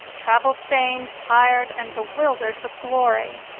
travel-stained, tired, and bewildered with glory.